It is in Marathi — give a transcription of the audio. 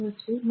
तर फक्त धरा